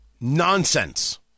Nonsense